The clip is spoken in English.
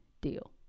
deal